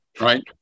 right